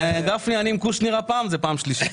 גפני, אני עם קושניר הפעם זאת הפעם השלישית.